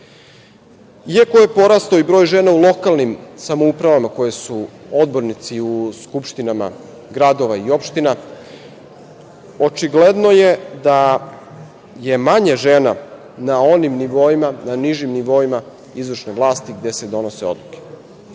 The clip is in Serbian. Iako je porastao i broj žena u lokalnim samoupravama koje su odbornici u skupštinama gradova i opština, očigledno je da je manje žena na onim nivoima, na nižim nivoima izvršne vlasti gde se donose odluke.